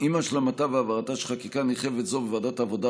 עם השלמתה והעברתה של חקיקה נרחבת זו בוועדת העבודה,